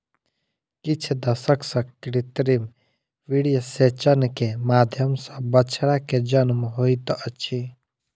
किछ दशक सॅ कृत्रिम वीर्यसेचन के माध्यम सॅ बछड़ा के जन्म होइत अछि